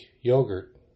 yogurt